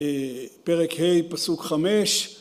פרק ה' פסוק חמש